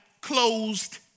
closed